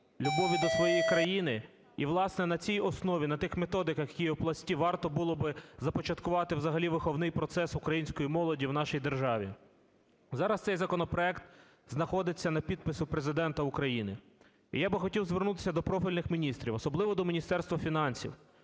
любові до своєї країни. І, власне, на цій основі, на тих методиках, які є в Пласті, варто було би започаткувати взагалі виховний процес української молоді в нашій державі. Зараз цей законопроект знаходиться на підписі у Президента України. І я би хотів звернутися до профільних міністрів, особливо до Міністерства фінансів,